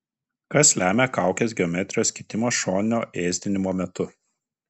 kas lemia kaukės geometrijos kitimą šoninio ėsdinimo metu